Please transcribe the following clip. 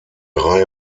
reihe